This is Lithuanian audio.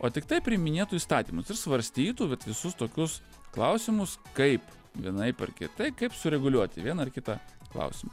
o tiktai priiminėtų įstatymus ir svarstytų vat visus tokius klausimus kaip vienaip ar kitai kaip sureguliuoti vieną ar kitą klausimą